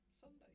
Sunday